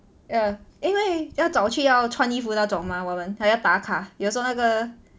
err 因为要早去要穿衣服那种 mah 我们还要打卡有时候那个